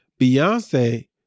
Beyonce